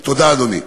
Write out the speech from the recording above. תודה, אדוני.